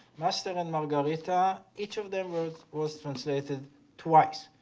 master and margarita, each of them was translated twice.